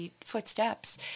footsteps